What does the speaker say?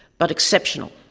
but exceptional,